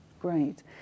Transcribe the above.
Great